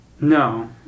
no